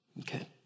Okay